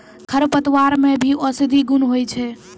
खरपतवार मे भी औषद्धि गुण होय छै